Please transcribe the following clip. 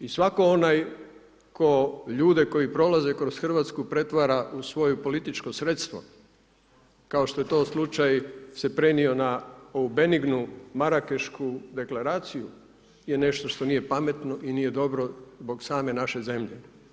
I svatko onaj tko ljude koji prolaze u Hrvatsku pretvara u svoje političko sredstvo kao što je to slučaj se prenio na ovu benignu Marakešku deklaraciju je nešto što nije pametno i nije dobro zbog same naše zemlje.